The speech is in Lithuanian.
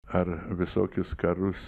ar visokius karus